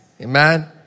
Amen